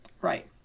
Right